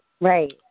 Right